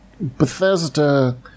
Bethesda